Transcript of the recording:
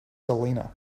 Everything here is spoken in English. selena